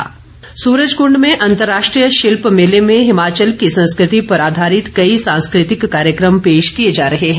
सूरजकुंड सूरजकूंड में अंतर्राष्ट्रीय शिल्प मेले में हिमाचल की संस्कृति पर आधारित कई सांस्कृतिक कार्यक्रम पेश किए जा रहे हैं